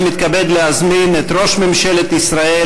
אני מתכבד להזמין את ראש ממשלת ישראל,